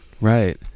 right